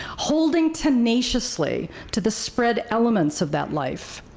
holding tenaciously to the spread elements of that life.